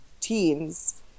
teens